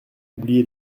oublié